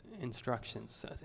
instructions